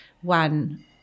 one